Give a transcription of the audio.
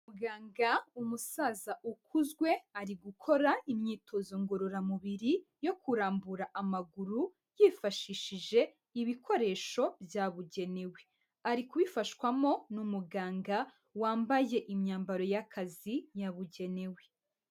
Muganga, umusaza ukuzwe ari gukora imyitozo ngororamubiri yo kurambura amaguru, yifashishije ibikoresho byabugenewe. Ari kubifashwamo n'umuganga wambaye imyambaro y'akazi yabugenewe.